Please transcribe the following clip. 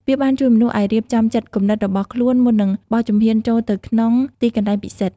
វាបានជួយមនុស្សឲ្យរៀបចំចិត្តគំនិតរបស់ខ្លួនមុននឹងបោះជំហានចូលទៅក្នុងទីកន្លែងពិសិដ្ឋ។